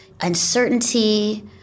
uncertainty